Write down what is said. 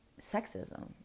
sexism